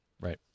right